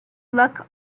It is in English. luck